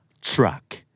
Truck